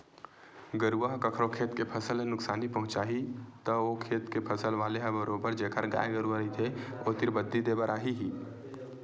गरुवा ह कखरो खेत के फसल ल नुकसानी पहुँचाही त ओ खेत के फसल वाले ह बरोबर जेखर गाय गरुवा रहिथे ओ तीर बदी देय बर आही ही